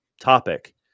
topic